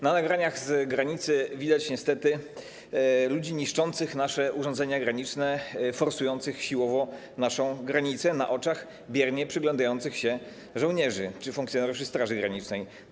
Na nagraniach z granicy widać niestety ludzi niszczących nasze urządzenia graniczne, forsujących siłowo naszą granicę na oczach biernie przyglądających się żołnierzy czy funkcjonariuszy straży granicznej.